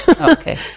Okay